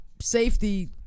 safety